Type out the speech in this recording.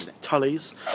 Tully's